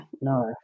No